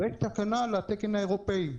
ויש תקנה לתקן האירופאי.